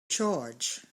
charge